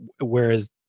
whereas